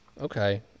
Okay